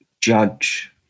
judge